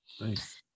Nice